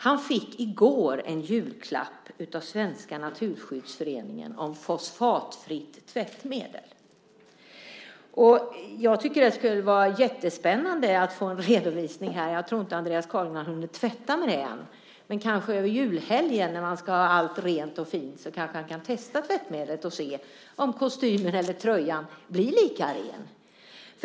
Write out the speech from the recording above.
Han fick i går en julklapp av Svenska Naturskyddsföreningen om fosfatfritt tvättmedel. Jag tycker att det skulle vara jättespännande att få en redovisning. Andreas Carlgren har nog inte hunnit tvätta med det än, men under julhelgen när man ska ha allt rent och fint kanske han kan testa tvättmedlet och se om kostymen eller tröjan blir lika ren.